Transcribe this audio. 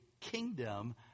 kingdom